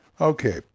Okay